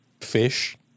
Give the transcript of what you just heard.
fish